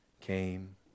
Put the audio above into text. came